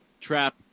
trap